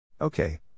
Okay